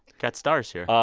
got stars here.